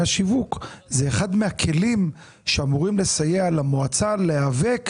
השיווק זה אחד מהכלים שאמורים לסייע למועצה להיאבק